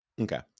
Okay